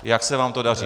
Jak se vám to daří.